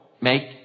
make